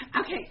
Okay